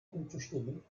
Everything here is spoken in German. umzustimmen